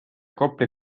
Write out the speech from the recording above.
kopli